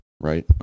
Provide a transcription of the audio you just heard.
right